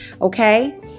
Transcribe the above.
okay